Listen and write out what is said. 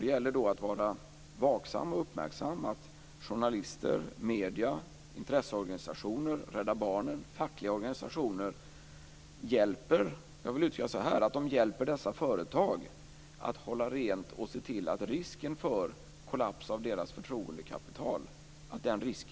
Det gäller då att vara vaksam och uppmärksam, att journalister, medier, intresseorganisationer, Rädda Barnen och fackliga organisationer hjälper dessa företag att hålla rent och se till att risken för kollaps av deras förtroendekapital kan minimeras.